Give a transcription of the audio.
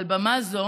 מעל במה זו